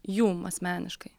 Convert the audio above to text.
jum asmeniškai